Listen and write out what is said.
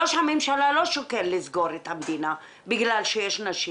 ראש הממשלה לא שוקל לסגור את המדינה בגלל שיש נשים